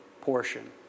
portion